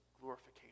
glorification